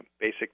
basic